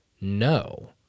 No